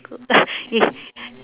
yes